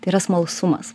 tai yra smalsumas